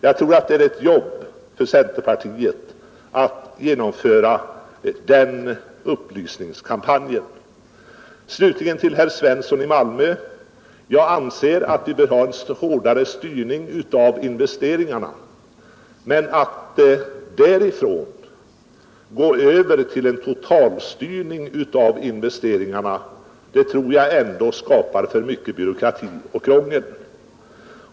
Jag tror att det är ett jobb för centerpartiet att genomföra den upplysningskampanjen. Slutligen vill jag säga till herr Svensson i Malmö att jag anser att vi bör ha en hårdare styrning av investeringarna. Men att därifrån gå över till en totalstyrning av alla investeringar tror jag ändå skapar för mycket byråkrati och krångel.